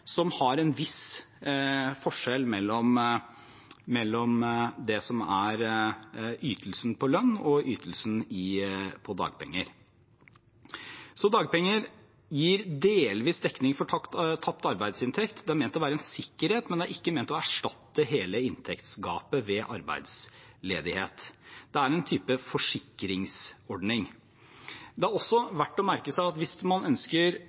som har en viss forskjell mellom ytelsen på lønn og ytelsen på dagpenger. Dagpenger gir delvis dekning for tapt arbeidsinntekt og er ment å være en sikkerhet, men er ikke ment å erstatte hele inntektsgapet ved arbeidsledighet. Det er en type forsikringsordning. Det er også verdt å merke seg at hvis man ønsker